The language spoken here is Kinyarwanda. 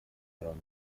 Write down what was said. mirongo